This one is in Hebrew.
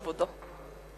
כבודו.